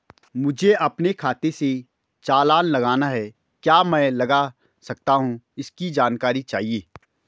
मुझे अपने खाते से चालान लगाना है क्या मैं लगा सकता हूँ इसकी जानकारी चाहिए?